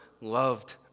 loved